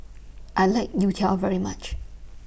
I like Youtiao very much